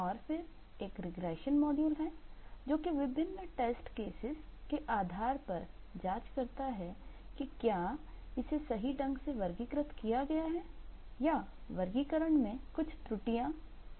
और फिर एक रिग्रेशन मॉड्यूल के आधार पर जांच करता है की क्या इसे सही ढंग से वर्गीकृत किया गया है या वर्गीकरण में कुछ त्रुटियां हैं